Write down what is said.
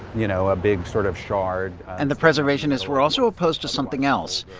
you know, a big sort of shard and the preservationists were also opposed to something else.